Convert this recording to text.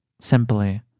simply